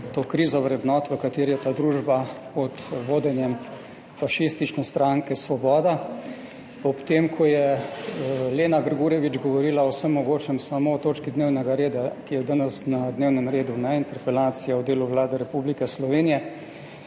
to krizo vrednot, v kateri je ta družba pod vodenjem fašistične stranke Svoboda. Ob tem, ko je Lena Grgurevič govorila o vsem mogočem, samo o točki, ki je danes na dnevnem redu, interpelacija o delu Vlade Republike Slovenije,